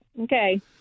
Okay